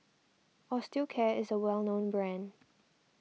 Osteocare is a well known brand